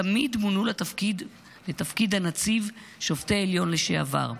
תמיד מונו לתפקיד הנציב שופטי עליון לשעבר,